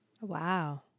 Wow